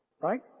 Right